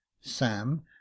sam